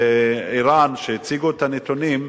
כשער"ן הציגו את הנתונים,